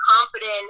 confident